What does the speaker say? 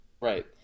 Right